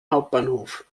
hauptbahnhof